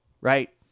right